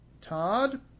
Todd